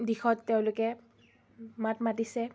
দিশত তেওঁলোকে মাত মাতিছে